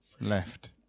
left